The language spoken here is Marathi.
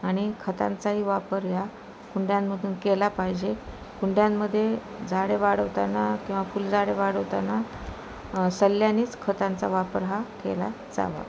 आणि खतांचाही वापर या कुंड्यांमधून केला पाहिजे कुंड्यांमध्ये झाडे वाढवताना किंवा फुलझाडे वाढवताना सल्ल्यानेच खतांचा वापर हा केला जावा